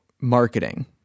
marketing